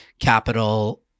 capital